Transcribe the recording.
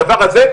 הדבר הזה,